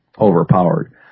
overpowered